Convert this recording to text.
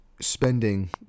spending